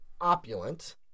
opulent